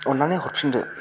अन्नानै हरफिनदो